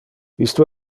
isto